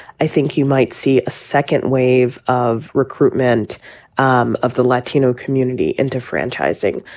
i think you might see a second wave of recruitment um of the latino community into franchising.